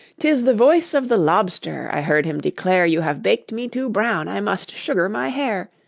tis the voice of the lobster i heard him declare, you have baked me too brown, i must sugar my hair.